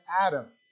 Adam